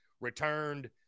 returned